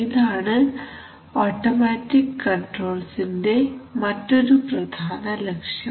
ഇതാണ് ഓട്ടമാറ്റിക് കൺട്രോൾസിന്റെ മറ്റൊരു പ്രധാന ലക്ഷ്യം